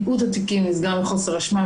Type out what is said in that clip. מיעוט התיקים נסגר מחוסר אשמה,